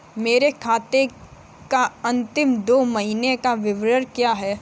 मेरे खाते का अंतिम दो महीने का विवरण क्या है?